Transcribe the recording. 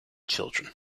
children